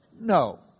No